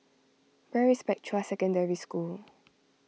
where is Spectra Secondary School